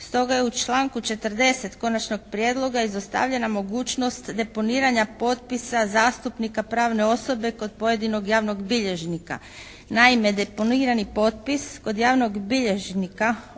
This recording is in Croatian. Stoga je u članku 40. Konačnog prijedloga izostavljena mogućnost deponiranja potpisa zastupnika pravne osobe kod pojedinog javnog bilježnika. Naime, deponirani potpis kod javnog bilježnika